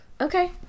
Okay